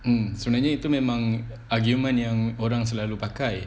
mm sebenarnya tu memang argument yang orang selalu pakai